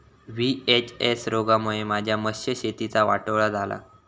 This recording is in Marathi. व्ही.एच.एस रोगामुळे माझ्या मत्स्यशेतीचा वाटोळा झाला